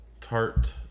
tart